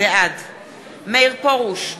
בעד מאיר פרוש,